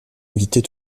inviter